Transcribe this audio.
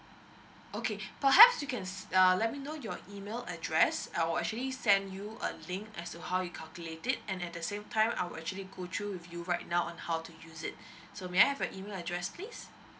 okay perhaps you can err let me know your email address I'll actually send you a link as to how you calculate it and at the same time I will actually go through with you right now on how to use it so may I have your email address please